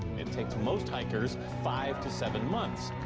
it takes most hikers five to seven months.